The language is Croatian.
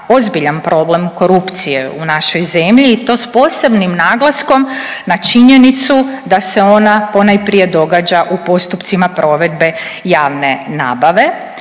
ozbiljan problem korupcije u našoj zemlji i to s posebnim naglaskom na činjenicu da se ona ponajprije događa u postupcima provedbe javne nabave.